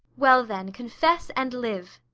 well then, confess and live.